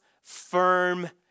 firm